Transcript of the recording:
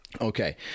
Okay